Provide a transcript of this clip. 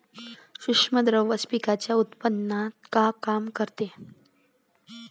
सूक्ष्म द्रव्याचं पिकाच्या उत्पन्नात का काम रायते?